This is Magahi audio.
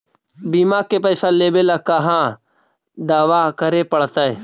बिमा के पैसा लेबे ल कहा दावा करे पड़तै?